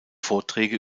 vorträge